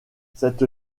cette